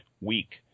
week